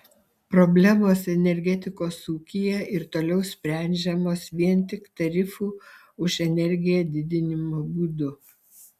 problemos energetikos ūkyje ir toliau sprendžiamos vien tik tarifų už energiją didinimo būdu